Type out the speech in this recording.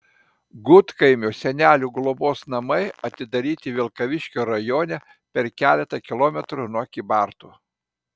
gudkaimio senelių globos namai atidaryti vilkaviškio rajone per keletą kilometrų nuo kybartų